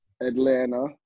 Atlanta